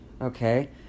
Okay